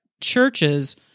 churches